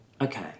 okay